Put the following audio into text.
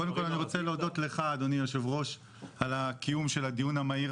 קודם כל אני רוצה להודות לך אדוני היו"ר על הקיום של הדיון המהיר